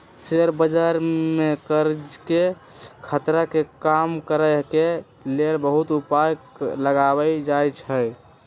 share बजार में करजाके खतरा के कम करए के लेल बहुते उपाय लगाएल जाएछइ